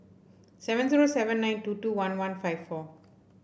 seven zero seven nine two two one one five four